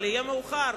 אבל יהיה מאוחר.